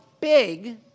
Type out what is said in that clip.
big